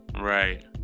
Right